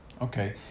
Okay